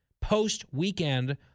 post-weekend